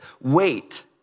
wait